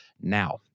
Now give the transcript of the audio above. now